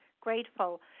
Grateful